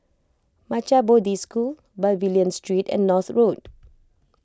Maha Bodhi School Pavilion Street and North Road